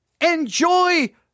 enjoy